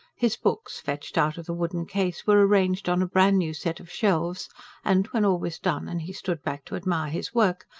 his books, fetched out of the wooden case, were arranged on a brand-new set of shelves and, when all was done and he stood back to admire his work,